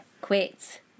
Quit